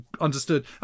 understood